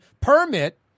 permit